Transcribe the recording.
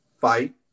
fight